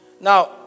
Now